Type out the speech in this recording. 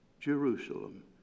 Jerusalem